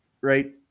right